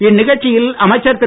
இந்நிகழ்ச்சியில் அமைச்சர் திரு